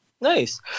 Nice